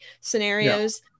scenarios